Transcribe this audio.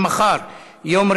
בעד,